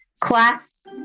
class